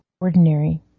ordinary